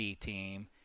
team